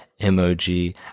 emoji